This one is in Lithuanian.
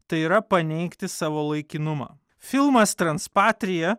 tai yra paneigti savo laikinumą filmas trans patrija